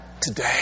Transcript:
today